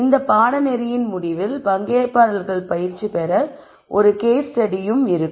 இந்த பாடநெறியின் முடிவில் பங்கேற்பாளர்கள் பயிற்சி பெற ஒரு கேஸ் ஸ்டடி இருக்கும்